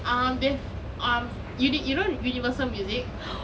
um def~ you know universal music